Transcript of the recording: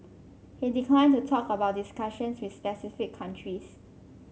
he declined to talk about discussions with specific countries